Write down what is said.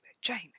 Jane